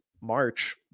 March